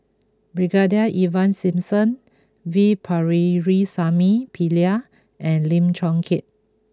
Brigadier Ivan Simson V Pakirisamy Pillai and Lim Chong Keat